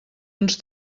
uns